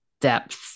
depth